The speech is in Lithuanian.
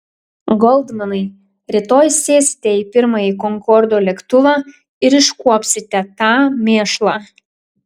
goldmanai rytoj sėsite į pirmąjį konkordo lėktuvą ir iškuopsite tą mėšlą